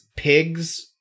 Pigs